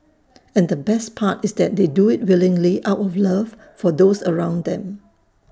and the best part is that they do IT willingly out of love for those around them